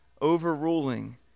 overruling